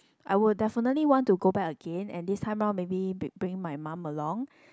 I will definitely want to go back again and this time round maybe bring my mum along